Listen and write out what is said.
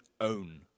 own